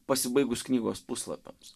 pasibaigus knygos puslapiams